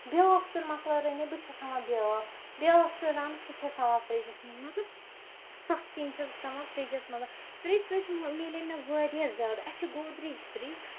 بیاکھ سیُن مۄکلان رٔنِتھ بہٕ چھَس تھاوان بیاکھ بیاکھ سیُن رَنہٕ سُہ تہِ چھَس تاوان فرجَس منٛز مطلب سَتھ سِنۍ چھَس بہٕ تھاوان فرجَس منٛز فرج سۭتۍ میلے مےٚ واریاہ زیادٕ اَسہِ چھس گودریج فرج